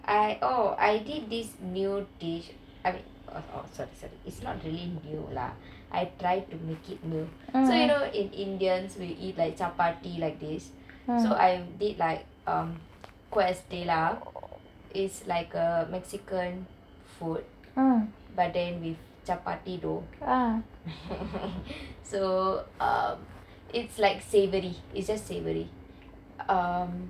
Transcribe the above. I oh I did this new dish oh sorry sorry is not really new lah I tried to make it new so you know in indians we eat like chapati like this so I did quesadilla it's like this mexican food but with chapati though so it's savoury it's just savoury